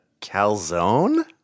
calzone